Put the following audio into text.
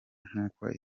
nk’uko